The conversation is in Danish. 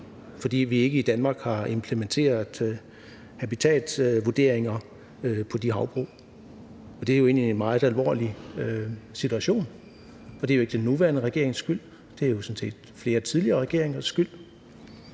fordi vi ikke i Danmark har implementeret habitatsvurderinger på de havbrug. Det er jo egentlig en meget alvorlig situation, men det er jo ikke den nuværende regerings skyld. Det er sådan set flere tidligere regeringers skyld.